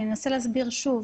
אני אנסה להסביר שוב.